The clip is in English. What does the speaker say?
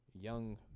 young